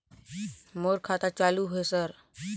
मोर खाता चालु हे सर?